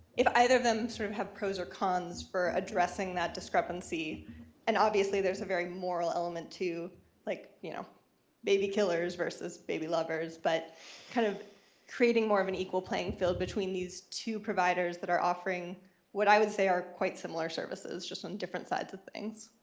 if either of them sort of have pros or cons for addressing that discrepancy and obviously there's a very moral element to like you know baby killers versus baby lovers, but kind of creating more of an equal playing field between these two providers that are offering what i would say are quite similar services, just some and different sides of things?